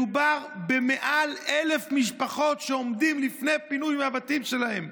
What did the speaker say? מדובר במעל 1,000 משפחות שעומדות לפני פינוי מהבתים שלהן,